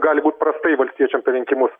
gali būt prastai valstiečiam per rinkimus